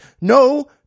No